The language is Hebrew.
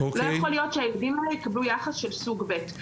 לא יכול להיות שהילדים האלה יקבלו יחס של סוג ב'.